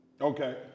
Okay